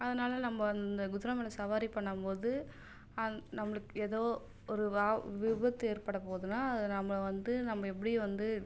அதனால் நம்ப அந்த குதிரை மேல் சவாரி பண்ணும்போது அது நம்மளுக்கு ஏதோ ஒரு அ விபத்து ஏற்பட போகுதுனா அது நம்ம வந்து நம்ம எப்படி வந்து